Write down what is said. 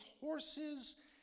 horses